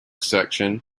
section